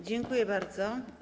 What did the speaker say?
Dziękuję bardzo.